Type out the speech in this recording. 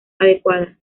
adecuada